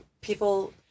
people